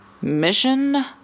Mission